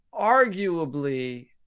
arguably